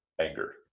anger